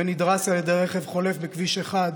ונדרס על ידי רכב חולף בכביש 1,